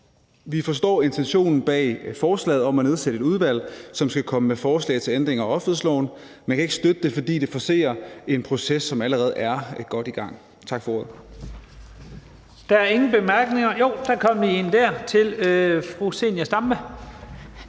Vi forstår intentionen bag forslaget om at nedsætte et udvalg, som skal komme med forslag til ændringer af offentlighedsloven, men kan ikke støtte det, fordi det forcerer en proces, som allerede er godt i gang.